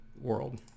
world